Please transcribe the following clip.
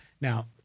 Now